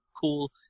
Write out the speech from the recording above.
cool